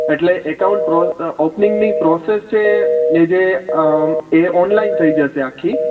એટલે એકાઉન્ટ ઓપનિંગની પ્રોસેસ છે એ જે એ ઓનલાઇન થઇ જશે આખી